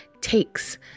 takes